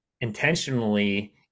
intentionally